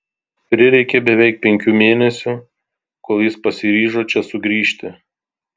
prireikė beveik penkių mėnesių kol jis pasiryžo čia sugrįžti